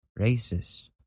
racist